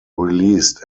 released